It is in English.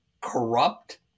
corrupt